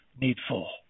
needful